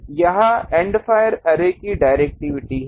यह end fire array की directivity है